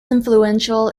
influential